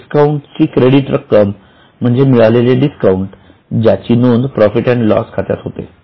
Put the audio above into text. discount ची credit रक्कम म्हणजे मिळलेले डिस्काउंट ज्याची नोंद प्रॉफिट अँड लॉस खात्यात होते